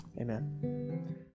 Amen